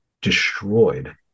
destroyed